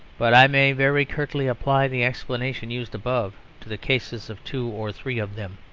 but i may very curtly apply the explanation used above to the cases of two or three of them.